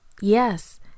Yes